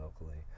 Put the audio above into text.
locally